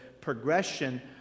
progression